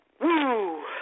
Woo